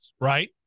right